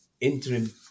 interim